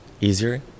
easier